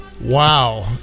Wow